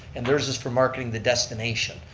and theirs is for marketing the destination.